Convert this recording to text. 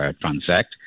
transact